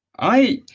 i